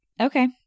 okay